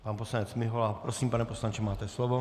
Pan poslanec Mihola, prosím, pane poslanče, máte slovo.